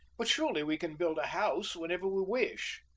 but surely we can build a house whenever we wish!